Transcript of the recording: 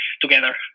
together